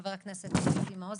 חבר הכנסת אבי מעוז.